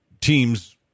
teams